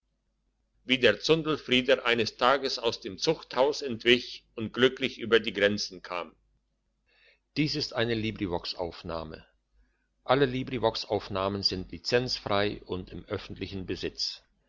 der zundelfrieder eines tages aus dem zuchthaus entwich und glücklich über die